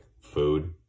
food